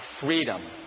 freedom